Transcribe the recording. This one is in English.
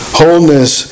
wholeness